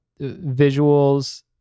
visuals